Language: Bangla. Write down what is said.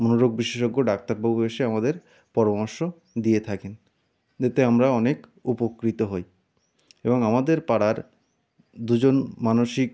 মনোরোগ বিশেষজ্ঞ ডাক্তারবাবু এসে আমাদের পরমর্শ দিয়ে থাকেন এতে আমরা অনেক উপকৃত হই এবং আমাদের পাড়ার দুজন মানসিক